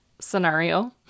scenario